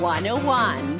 101